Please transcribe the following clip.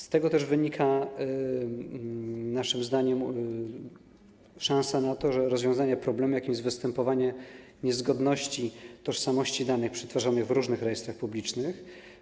Z tego też wynika naszym zdaniem szansa na rozwiązanie problemu, jakim jest występowanie niezgodności tożsamości danych przetwarzanych w różnych rejestrach publicznych.